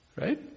Right